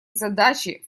задачи